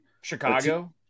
Chicago